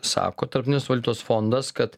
sako tarpinis valiutos fondas kad